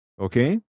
Okay